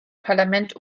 parlament